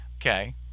Okay